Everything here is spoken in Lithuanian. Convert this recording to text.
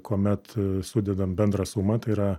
kuomet sudedam bendrą sumą tai yra